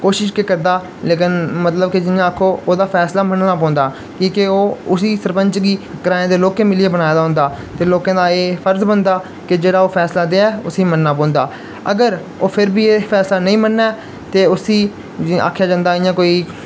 कोशश गै करदा लेकिन मतलब कि जियां आक्खो ओह्दा फैसला मन्नना पौंदा की के ओह् उसी सरपैंच गी ग्राएं दे लोकें मिलियै बनाए दा होंदे ते लोकें दा एह् फर्ज बनदा कि जेह्ड़ा ओह् फैसला देऐ उसी मन्नना पौंदा अगर ओह् फिर बी एह् फैसला नेईं मन्नै ते उसी आखेआ जंदा इ'यां कोई